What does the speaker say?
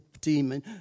demon